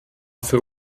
für